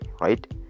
right